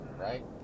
right